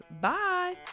Bye